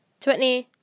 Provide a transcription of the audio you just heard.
Twitney